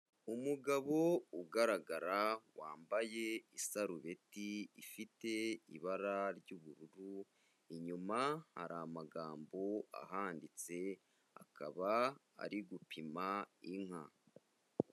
Umugabo ugaragara wambaye isarubeti ifite ibara ry'ubururu, inyuma hari amagambo ahanditse, akaba ari gupima inka.